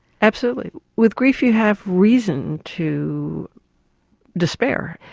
absolutely. with grief you have reason to despair,